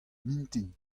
mintin